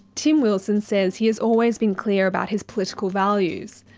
tim wilson says he has always been clear about his political values.